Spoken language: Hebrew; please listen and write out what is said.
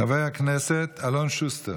חבר הכנסת אלון שוסטר.